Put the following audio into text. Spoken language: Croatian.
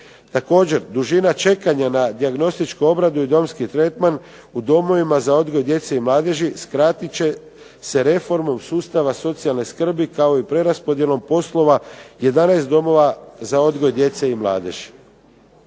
Također dužina čekanja na dijagnostičku obradu i domski tretman u domovima za odgoj djece i mladeži skratit će se reformom sustava socijalne skrbi kao i preraspodjelom poslova 11 domova za odgoj djece i mladeži.